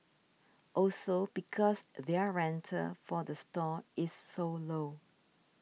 also because their rental for the stall is so low